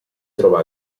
trova